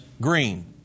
green